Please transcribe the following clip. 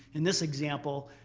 in this example,